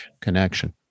connection